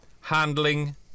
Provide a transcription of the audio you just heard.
handling